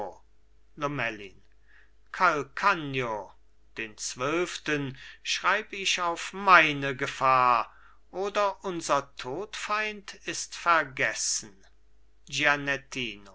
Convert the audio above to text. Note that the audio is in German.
calcagno den zwölften schreib ich auf meine gefahr oder unser todfeind ist vergessen